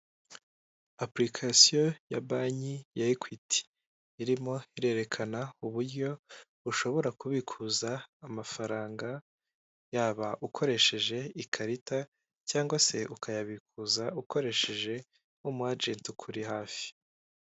Apulikasiyo ya Banki ya Ekwiti irimo irerekana uburyo ushobora kubikuza amafaranga, yaba ukoresheje ikarita, cyangwa se ukayabikuza ukoresheje nk'umu ajenti ukuri hafi.